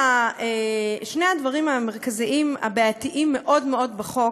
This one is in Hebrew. שני הדברים המרכזיים הבעייתיים מאוד מאוד בחוק